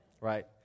right